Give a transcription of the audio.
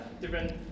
Different